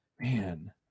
Man